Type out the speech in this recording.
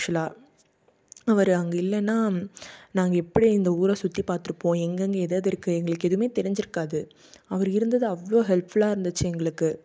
ஆக்சுலாக அவர் அங்கே இல்லைனா நாங்கள் எப்படி இந்த ஊரை சுற்றி பார்த்துருப்போம் எங்கெங்கே எது எது இருக்குது எங்களுக்கு எதுவுமே தெரிஞ்சுருக்காது அவர் இருந்தது அவ்வளோ ஹெல்ப்ஃபுல்லாக இருந்துச்சு எங்களுக்கு